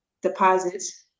deposits